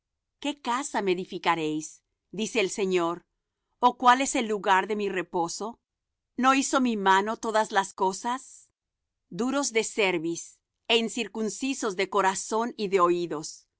qué casa me edificaréis dice el señor o cuál es el lugar de mi reposo no hizo mi mano todas estas cosas duros de cerviz é incircuncisos de corazón y de oídos